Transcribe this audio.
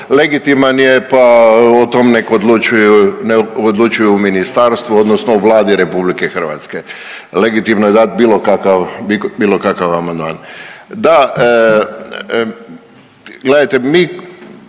legitiman je pa o tom nek odlučuju u ministarstvu, odnosno u Vladi Republike Hrvatske. Legitimno je dat bilo kakav amandman. Da, gledajte mi